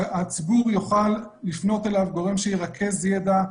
שהציבור יוכל לפנות אליו, גורם שירכז ידע.